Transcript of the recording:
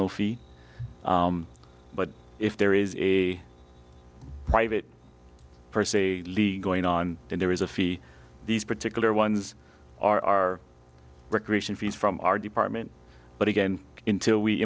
no fee but if there is a private per se league going on and there is a fee these particular ones are recreation fees from our department but again intil we